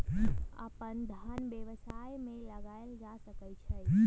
अप्पन धन व्यवसाय में लगायल जा सकइ छइ